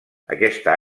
aquesta